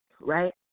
right